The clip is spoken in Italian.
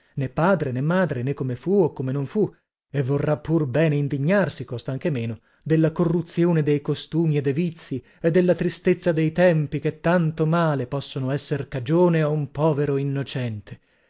né padre né madre né come fu o come non fu e vorrà pur bene indignarsi costa anche meno della corruzione dei costumi e de vizii e della tristezza dei tempi che di tanto male possono esser cagione a un povero innocente